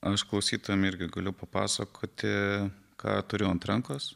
aš klausytojam irgi galiu papasakoti ką turiu ant rankos